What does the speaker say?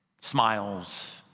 smiles